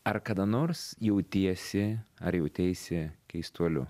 ar kada nors jautiesi ar jauteisi keistuoliu